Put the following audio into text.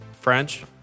French